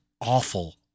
awful